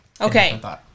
Okay